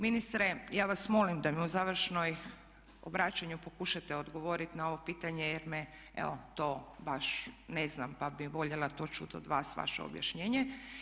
Ministre ja vas molim da mi u završnom obraćanju pokušate odgovoriti na ovo pitanje jer me, evo to baš ne znam pa bih voljela to čuti od vas, vaše objašnjenje.